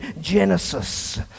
Genesis